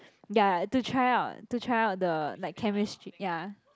ya to try out to try out the like chemistry ya